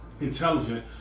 Intelligent